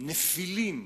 נפילים,